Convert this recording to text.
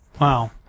Wow